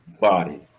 body